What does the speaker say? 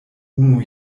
unu